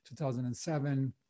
2007